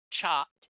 chopped